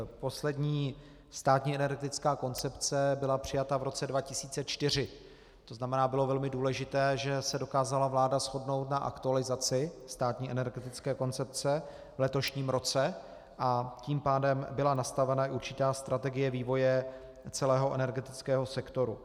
Poslední státní energetická koncepce byla přijata v roce 2004, to znamená, bylo velmi důležité, že se vláda dokázala shodnout na aktualizaci státní energetické koncepce v letošním roce, a tím pádem byla nastavena i určitá strategie vývoje celého energetického sektoru.